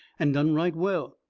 and done right well,